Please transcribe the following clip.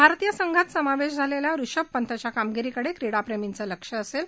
भारतीय संघात समावेश झालेल्या ऋषभ पंतच्या कामगिरीकडे क्रीडाप्रेमींचं लक्ष असेल